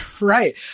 Right